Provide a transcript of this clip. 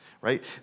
right